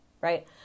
right